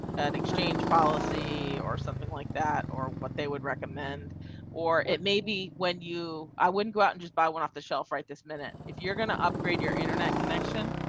an exchange policy or something like that or what they would recommend or it may be when you i wouldn't go out and just buy one off the shelf right this minute if you're going to upgrade your internet connection.